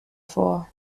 vor